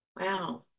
wow